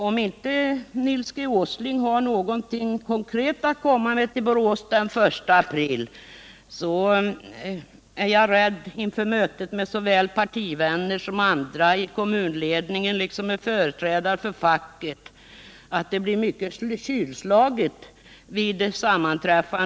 Om Nils Åsling inte har någonting konkret att komma med till Borås den 1 april, är jag rädd för att mötet med såväl partivänner som andra i kommunledningen liksom med företrädare för facket blir mycket kylslaget.